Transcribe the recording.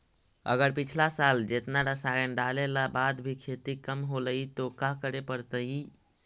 अगर पिछला साल जेतना रासायन डालेला बाद भी खेती कम होलइ तो का करे पड़तई?